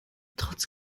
trotz